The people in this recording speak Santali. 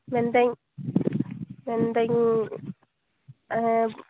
ᱢᱮᱱᱫᱟᱹᱧ ᱢᱮᱱᱫᱟᱹᱧ